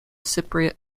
cypriot